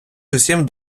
усім